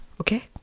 okay